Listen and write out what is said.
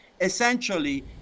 essentially